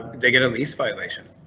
they get a lease violation.